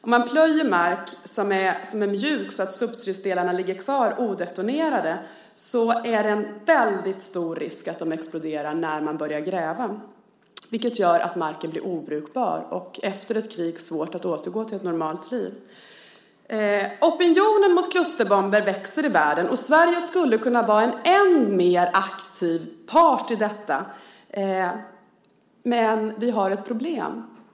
Om man plöjer mark som är mjuk så att substridsdelarna ligger kvar odetonerade finns det en väldigt stor risk att de exploderar när man börjar gräva, vilket gör att marken blir obrukbar. Efter ett krig blir det svårt att återgå till ett normalt liv. Opinionen mot klusterbomber växer i världen. Sverige skulle kunna vara en än mer aktiv part i detta, men vi har ett problem.